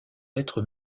être